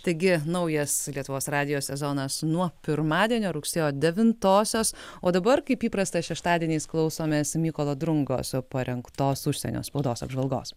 taigi naujas lietuvos radijo sezonas nuo pirmadienio rugsėjo devintosios o dabar kaip įprasta šeštadieniais klausomės mykolo drungos parengtos užsienio spaudos apžvalgos